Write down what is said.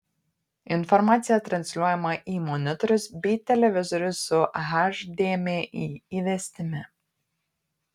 informacija transliuojama į monitorius bei televizorius su hdmi įvestimi